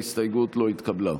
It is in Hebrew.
ההסתייגות לא התקבלה.